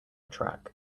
track